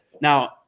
Now